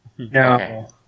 No